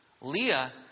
Leah